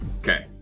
Okay